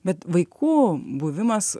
bet vaikų buvimas